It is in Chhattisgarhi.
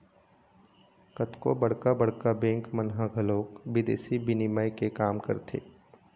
कतको बड़का बड़का बेंक मन ह घलोक बिदेसी बिनिमय के काम करथे